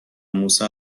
موسی